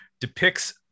depicts